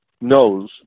knows